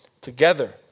together